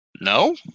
No